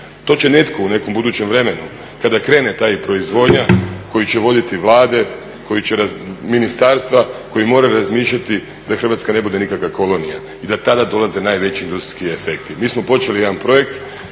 To će netko u nekom budućem vremenu kada krene ta proizvodnja koja će voditi vlade, koji će ministarstva, koji moraju razmišljati da Hrvatska ne bude nikakva kolonija. I da tada dolaze najveći industrijski efekti. Mi smo počeli jedan projekt